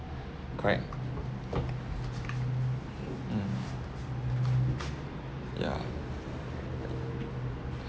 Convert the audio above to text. correct mm yeah